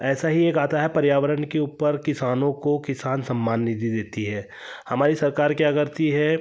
ऐसा ही एक आता है पर्यावरण के ऊपर किसानों को किसान सम्मान निधि देती है हमारी सरकार क्या करती है